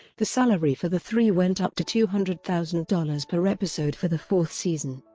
the salary for the three went up to two hundred thousand dollars per episode for the fourth season.